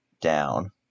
down